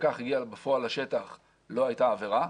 הפקח הגיע בפועל לשטח ולא הייתה עבירה,